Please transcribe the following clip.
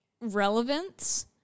Relevance